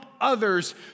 others